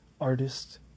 artist